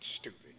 stupid